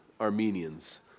Armenians